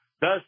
thus